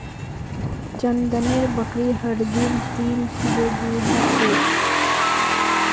चंदनेर बकरी हर दिन तीन किलो दूध दी छेक